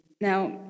Now